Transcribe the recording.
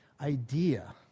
idea